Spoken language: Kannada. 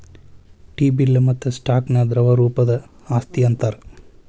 ಟಿ ಬಿಲ್ ಮತ್ತ ಸ್ಟಾಕ್ ನ ದ್ರವ ರೂಪದ್ ಆಸ್ತಿ ಅಂತಾರ್